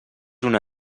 una